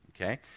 Okay